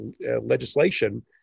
legislation